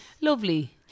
lovely